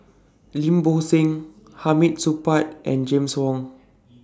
Lim Bo Seng Hamid Supaat and James Wong